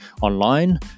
online